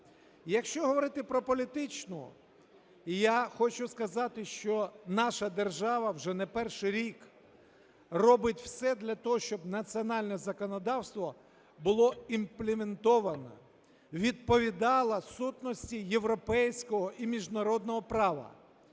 Якщо говорити про політичну, я хочу сказати, що наша держава вже не перший рік робить все для того, щоб національне законодавство було імплементовано, відповідало сутності європейського і міжнародного права,